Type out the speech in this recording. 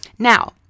Now